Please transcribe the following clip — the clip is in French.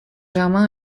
germain